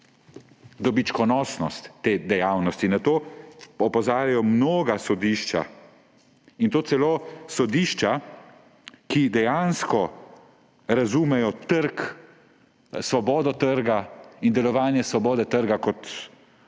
dobičkonosnost te dejavnosti. Na to opozarjajo mnoga sodišča, in to celo sodišča, ki dejansko razumejo trg, svobodo trga in delovanje svobode trga, kot ga